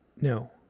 No